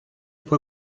fue